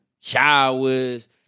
showers